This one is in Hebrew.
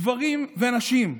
גברים ונשים,